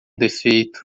defeito